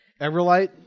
Everlight